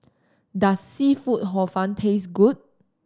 does seafood Hor Fun taste good